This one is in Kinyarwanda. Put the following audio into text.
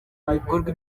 bikorwa